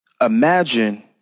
Imagine